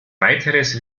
weiteres